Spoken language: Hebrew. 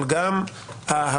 אבל גם ההברחות.